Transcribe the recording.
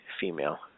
female